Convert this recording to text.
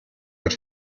but